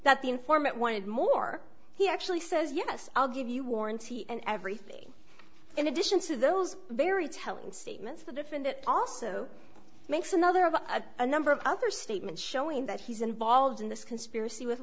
that the informant wanted more he actually says yes i'll give you warranty and everything in addition to those very telling statements the defendant also makes another of a number of other statement showing that he's involved in this conspiracy with